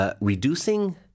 Reducing